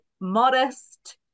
modest